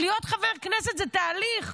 להיות חבר כנסת זה תהליך.